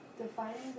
Defining